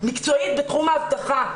מקצועית בתחום ההדרכה.